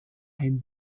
ein